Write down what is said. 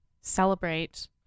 celebrate